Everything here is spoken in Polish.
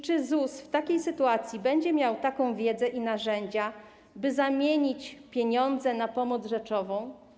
Czy ZUS w takiej sytuacji będzie miał wiedzę i narzędzia, by zamienić pieniądze na pomoc rzeczową?